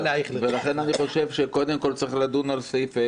לכן אני חושב שקודם כל צריך לדון על סעיף ה